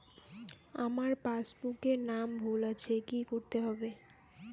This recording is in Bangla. আমার পাসবুকে নাম ভুল আছে কি করতে হবে?